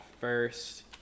first